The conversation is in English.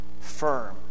firm